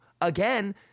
again